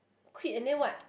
quit and then what